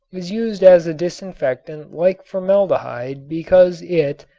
is used as a disinfectant like formaldehyde because it,